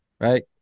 Right